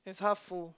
it's half full